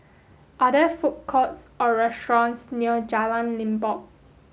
are there food courts or restaurants near Jalan Limbok